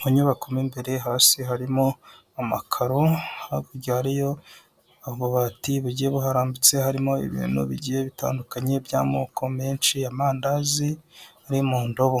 Mu nyubako mo imbere hasi harimo amakaro, hakurya hariyo amabati bigiye buharambitse, harimo ibintu bigiye bitandukanye by'amoko menshi, amandazi ari mu ndobo,